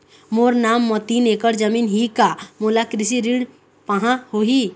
मोर नाम म तीन एकड़ जमीन ही का मोला कृषि ऋण पाहां होही?